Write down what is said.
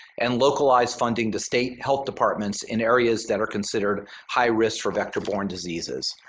and localized funding to state health departments in areas that are considered high risk for vector-borne diseases.